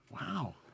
Wow